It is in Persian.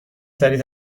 سریع